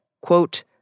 quote